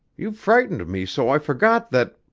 you frightened me so i forgot that